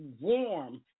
warm